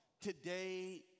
Today